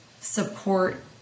support